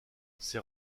ses